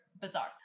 bizarre